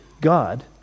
God